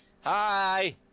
hi